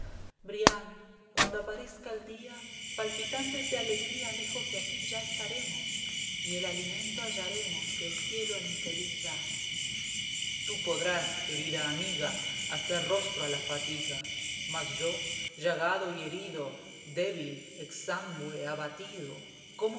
brian cuando aparezca el día palpitantes de alegría lejos de aquí ya estaremos y el alimento hallaremos que el cielo al infeliz da tú podrás querida amiga hacer rostro a la fatiga mas yo llagado y herido débil exangüe abatido